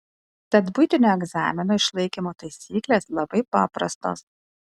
tad buitinio egzamino išlaikymo taisyklės labai paprastos